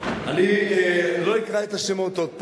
אני לא אקרא את השמות עוד פעם,